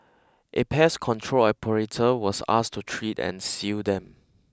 a pest control operator was asked to treat and seal them